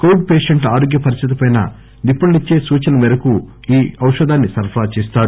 Covid పేషెట్ల ఆరోగ్య పరిస్టితిపై నిపుణులిచ్చే సూచనల మేరకు ఈ ఔషదాన్సి సరఫరా చేస్తారు